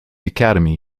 academy